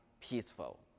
peaceful